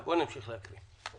בואו נמשיך להקריא.